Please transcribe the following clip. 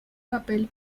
papel